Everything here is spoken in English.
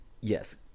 yes